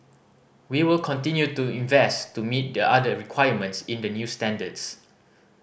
we will continue to invest to meet the other requirements in the new standards